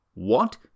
What